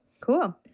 cool